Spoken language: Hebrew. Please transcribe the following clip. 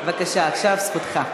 בבקשה, עכשיו זכותך.